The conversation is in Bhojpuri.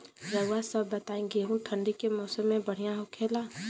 रउआ सभ बताई गेहूँ ठंडी के मौसम में बढ़ियां होखेला?